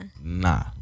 nah